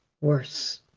worse